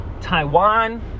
Taiwan